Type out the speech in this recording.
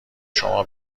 شما